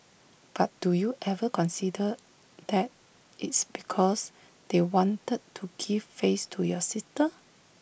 but do you ever consider that it's because they wanted to give face to your sister